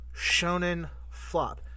ShonenFlop